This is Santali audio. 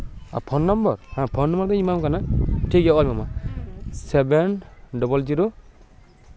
ᱟᱨ ᱯᱷᱳᱱ ᱱᱚᱢᱵᱚᱨ ᱯᱷᱳᱱ ᱱᱚᱢᱵᱚᱨ ᱫᱩᱧ ᱮᱢᱟᱢ ᱠᱟᱱᱟ ᱴᱷᱤᱠ ᱜᱮᱭᱟ ᱚᱞ ᱢᱮ ᱢᱟ ᱥᱮᱵᱷᱮᱱ ᱰᱚᱵᱚᱞ ᱡᱤᱨᱳ